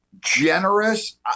Generous